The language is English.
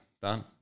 done